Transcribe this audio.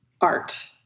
art